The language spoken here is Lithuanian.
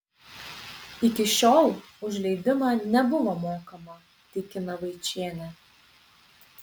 iki šiol už leidimą nebuvo mokama tikina vaičienė